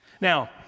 Now